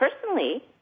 personally